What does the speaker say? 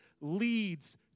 leads